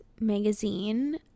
magazine